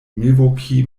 milwaukee